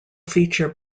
feature